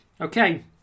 Okay